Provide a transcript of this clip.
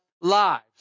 lives